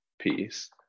piece